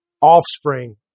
offspring